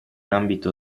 ambito